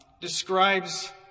describes